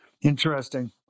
Interesting